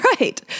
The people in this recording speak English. right